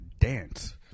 Dance